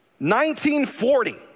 1940